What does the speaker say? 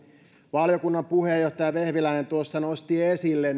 valiokunnan puheenjohtaja vehviläinen tuossa nosti esille